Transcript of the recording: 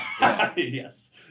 Yes